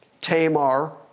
Tamar